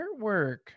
artwork